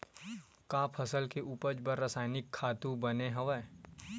का फसल के उपज बर रासायनिक खातु बने हवय?